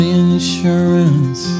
insurance